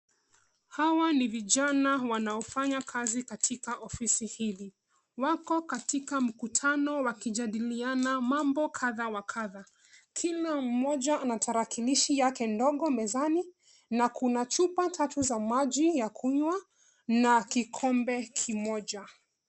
Hawa ni vijana wanaofanya kazi katika ofisi hili. Wako katika mkutano wakijadiliana mambo kadha wa kadha. Kila moja ana tarakilishi yake ndogo mezani na kuna chupa tatu za maji ya kunywa na kikombe kimoja.